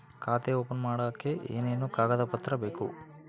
ಖಾತೆ ಓಪನ್ ಮಾಡಕ್ಕೆ ಏನೇನು ಕಾಗದ ಪತ್ರ ಬೇಕು?